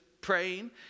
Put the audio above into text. praying